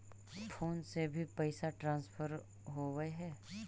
Phone से भी पैसा ट्रांसफर होवहै?